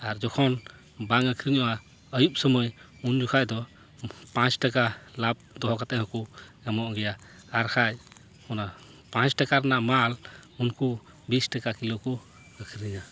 ᱟᱨ ᱡᱚᱠᱷᱚᱱ ᱵᱟᱝ ᱟᱠᱷᱨᱤᱧᱚᱜᱼᱟ ᱟᱭᱩᱵ ᱥᱩᱢᱟᱹᱭ ᱩᱱ ᱡᱚᱠᱷᱟᱡ ᱫᱚ ᱯᱟᱸᱪ ᱴᱟᱠᱟ ᱞᱟᱵ ᱫᱚᱦᱚ ᱠᱟᱛᱮ ᱦᱚᱸᱠᱚ ᱮᱢᱚᱜ ᱜᱮᱭᱟ ᱟᱨ ᱠᱷᱟᱡ ᱚᱱᱟ ᱯᱟᱸᱪ ᱴᱟᱠᱟ ᱨᱮᱱᱟᱜ ᱢᱟᱞ ᱩᱱᱠᱩ ᱵᱤᱥ ᱴᱟᱠᱟ ᱠᱤᱞᱳ ᱠᱚ ᱟᱠᱷᱨᱤᱧᱟ